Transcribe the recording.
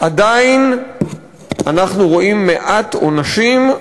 עדיין אנחנו רואים מעט עונשים,